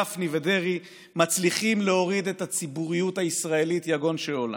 גפני ודרעי מצליחים להוריד את הציבוריות הישראלית ביגון שאולה.